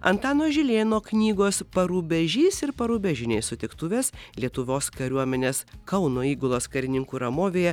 antano žilėno knygos parubežys ir parubežiniai sutiktuvės lietuvos kariuomenės kauno įgulos karininkų ramovėje